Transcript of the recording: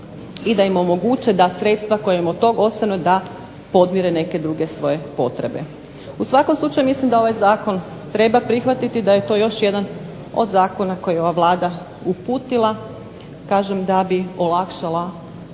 i da im omoguće da sredstva koja im od tog ostanu da podmire neke druge svoje potrebe. U svakom slučaju mislim da ovaj Zakon treba prihvatiti, da je to još jedan od zakona koji je ova Vlada uputila kažem da bi olakšala i